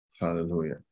Hallelujah